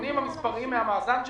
הנתונים המספריים מהמאזן שלהם,